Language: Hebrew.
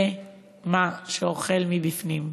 זה מה שאוכל מבפנים.